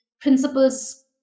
principles